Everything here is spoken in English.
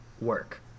work